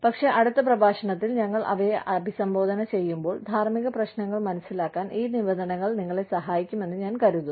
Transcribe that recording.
പക്ഷേ അടുത്ത പ്രഭാഷണത്തിൽ ഞങ്ങൾ അവയെ അഭിസംബോധന ചെയ്യുമ്പോൾ ധാർമ്മിക പ്രശ്നങ്ങൾ മനസിലാക്കാൻ ഈ നിബന്ധനകൾ നിങ്ങളെ സഹായിക്കുമെന്ന് ഞാൻ കരുതുന്നു